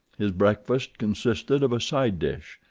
his breakfast consisted of a side-dish,